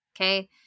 Okay